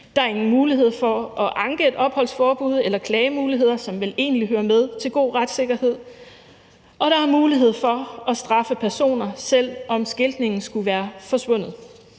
der er ingen mulighed for at anke et opholdsforbud eller klagemuligheder, som vel egentlig hører med til god retssikkerhed; og der er mulighed for at straffe personer, selv om skiltningen skulle være forsvundet